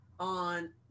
on